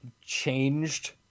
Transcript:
changed